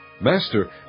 Master